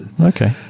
Okay